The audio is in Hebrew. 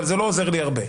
אבל זה לא עוזר לי הרבה.